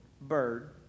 bird